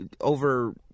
over